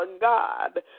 God